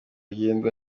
agenda